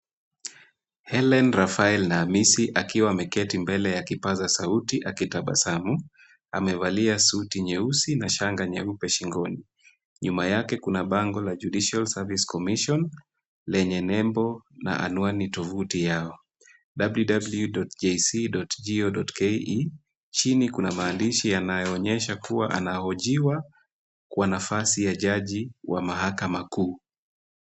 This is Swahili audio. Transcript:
Hellen Rafael Naamisi akiwa ameketi mbele ya kipasa sauti akitabasamu, amevalia suti nyeusi na shanga nyeupe shingoni. Nyuma yake kuna bango la Judicial Service Commission lenye nembo na anwani tovuti yao, www.jc.go.ke. Chini kuna maandishi yanayoonyesha kuwa anahojiwa kwa nafasi ya jaji wa mahakama kuu.